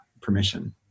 permission